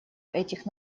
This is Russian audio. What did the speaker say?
этих